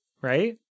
right